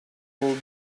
will